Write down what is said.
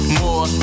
more